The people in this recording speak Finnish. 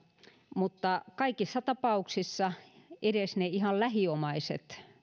mutta kaikissa tapauksissa edes ne ihan lähiomaiset